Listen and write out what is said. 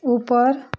ऊपर